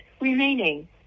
remaining